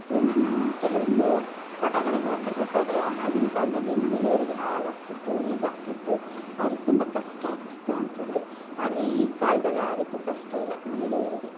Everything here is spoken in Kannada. ಇವಾಗ ನಾನು ಕೆಲವೊಂದು ಪಾಠಗಳು ಓದ್ತಿರಬೇಕಾದರೆ ಆಗಿನ ಕಾಲದಲ್ಲಿ ಮಹಿಳೆಯರಿಗೆ ಹಾಗಾಗ್ತಿತ್ತು ಹೀಗಾಗ್ತಿತ್ತು ಅವರಿಗೆ ತುಂಬ ಕಷ್ಟ ಆಗ್ತಿತ್ತು ಅಂತಿದ್ದರು ಆದರೆ ಈ ಕಾಲದಲ್ಲಿ ಆ ರೀತಿ ಕಷ್ಟ ಇಲ್ಲ ಮಹಿಳೆಯರಿಗೆ